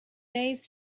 days